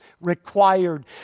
required